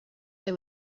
they